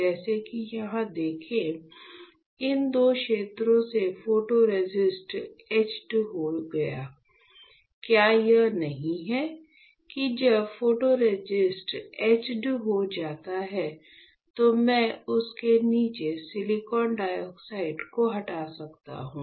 जैसा कि यहाँ देखें इन दो क्षेत्रों से फोटोरेसिस्ट एचड हो गया क्या यह नहीं है कि जब फोटोरेसिस्ट एचड हो जाता है तो मैं उसके नीचे सिलिकॉन डाइऑक्साइड को हटा सकता हूं